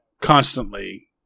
constantly